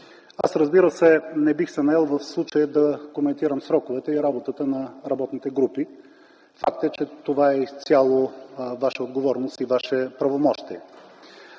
Разбира се, не бих се наел в случая да коментирам сроковете и работата на работните групи. Факт е, че това е изцяло Ваша отговорност и Ваше правомощие.